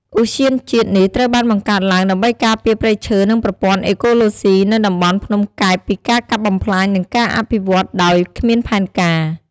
ឧទ្យានជាតិនេះត្រូវបានបង្កើតឡើងដើម្បីការពារព្រៃឈើនិងប្រព័ន្ធអេកូឡូស៊ីនៅតំបន់ភ្នំកែបពីការកាប់បំផ្លាញនិងការអភិវឌ្ឍដោយគ្មានផែនការ។